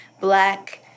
black